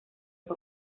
fue